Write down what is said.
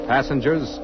Passengers